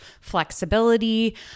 flexibility